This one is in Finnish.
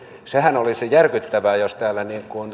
sehän olisi järkyttävää jos täällä